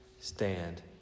Stand